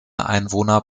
einwohner